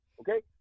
okay